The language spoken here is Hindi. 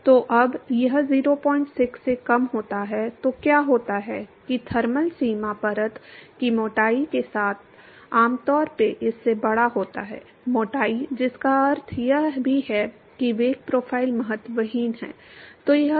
तो जब यह 06 से कम होता है तो क्या होता है कि थर्मल सीमा परत की मोटाई के साथ आमतौर पर इससे बड़ा होता है मोटाई जिसका अर्थ यह भी है कि वेग प्रोफ़ाइल महत्वहीन है